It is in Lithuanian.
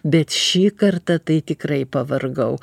bet šį kartą tai tikrai pavargau